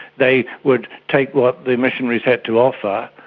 they would take what the missionaries had to offer,